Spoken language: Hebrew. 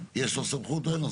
יש לו סמכות או אין לו סמכות?